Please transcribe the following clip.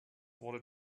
what